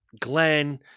Glenn